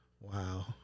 wow